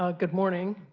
ah good morning,